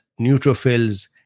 neutrophils